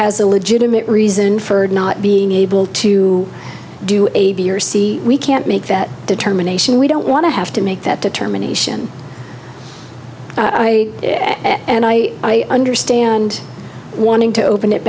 has a legitimate reason for not being able to do a b or c we can't make that determination we don't want to have to make that determination and i understand wanting to open it